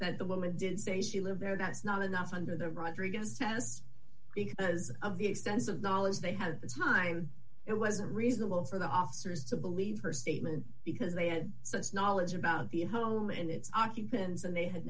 that the woman did say she lived there that's not enough under the rodriguez test because of the extensive knowledge they had the time it wasn't reasonable for the officers to believe her statement because they had such knowledge about the home and its occupants and they had